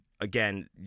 again